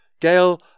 Gail